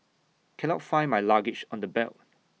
cannot find my luggage on the belt